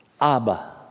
Abba